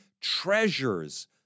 treasures